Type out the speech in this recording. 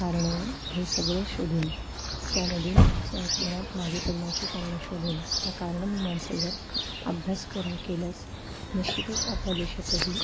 कारण हे सगळं शोधून त्यामधून संशोधनात मागे पडण्याची कारणं शोधून त्या कारण मीमांसेवर अभ्यास कर केल्यास निश्चितच आपल्या देशातही